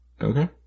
Okay